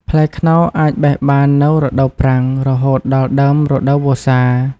ផ្លែខ្នុរអាចបេះបាននៅរដូវប្រាំង រហូតដល់ដើមរដូវវស្សា។